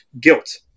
guilt